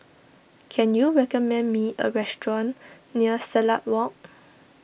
can you recommend me a restaurant near Silat Walk